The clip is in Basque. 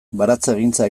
baratzegintza